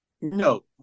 No